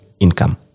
income